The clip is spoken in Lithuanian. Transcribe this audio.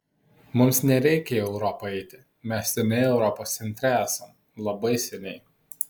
mums nereikia į europą eiti mes seniai europos centre esam labai seniai